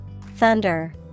Thunder